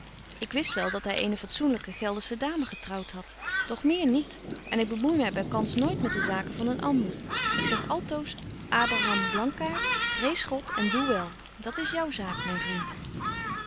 ik wist wel dat hy eene fatsoenlyke geldersche dame getrouwt hadt doch meer niet en ik bemoei my bykans nooit met de zaken van een ander ik zeg altoos abraham blankaart vrees god en doe wel dat is jou zaak myn vriend